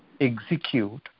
execute